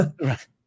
Right